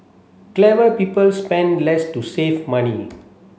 clever people spend less to save money